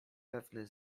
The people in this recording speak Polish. pewny